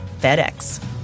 FedEx